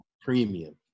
Premium